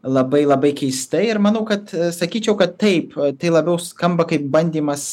labai labai keistai ir manau kad sakyčiau kad taip tai labiau skamba kaip bandymas